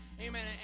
Amen